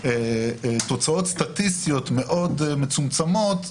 תוצאות סטטיסטיות מאוד מצומצמות,